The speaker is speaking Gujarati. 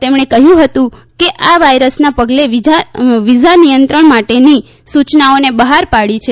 તેમણે કહ્યુંકે આ વાયરસના પગલે વિઝા નિયંત્રણ માટેની સૂચનાઓન બહાર પાડી છે